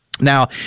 Now